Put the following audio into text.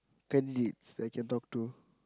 ten leads that you can talk to